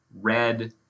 red